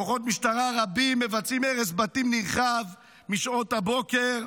כוחות משטרה רבים מבצעים הרס בתים נרחב משעות הבוקר.